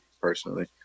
personally